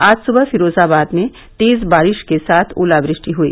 आज सुबह फिरोजाबाद में तेज बारिश के साथ ओलावृष्टि हुई